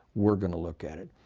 we're going to look at it.